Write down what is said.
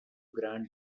grant